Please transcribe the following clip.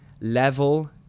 level